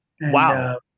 Wow